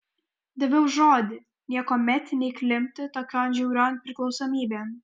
daviau žodį niekuomet neįklimpti tokion žiaurion priklausomybėn